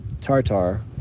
tartar